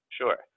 Sure